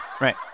right